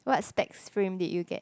what specs frame did you get